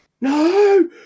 no